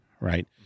right